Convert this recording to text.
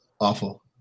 awful